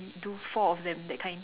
only do four of them that kind